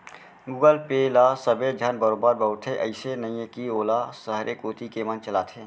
Google pay ल सबे झन बरोबर बउरथे, अइसे नइये कि वोला सहरे कोती के मन चलाथें